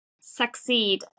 succeed